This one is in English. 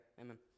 Amen